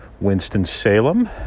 Winston-Salem